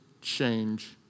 change